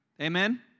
Amen